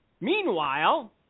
Meanwhile